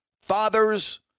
fathers